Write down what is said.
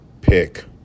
pick